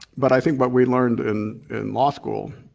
but i think what we learned in in law school,